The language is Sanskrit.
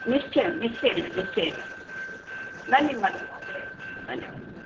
निश्चयं निश्चयेन निश्चयेन धन्यवादः महोदय धन्यवादः